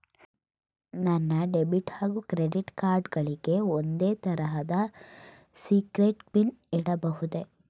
ನನ್ನ ಡೆಬಿಟ್ ಹಾಗೂ credit card ಗಳಿಗೆ ಒಂದೇ ತರಹದ ಸೀಕ್ರೇಟ್ ಪಿನ್ ಇಡಬಹುದೇ?